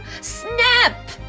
Snap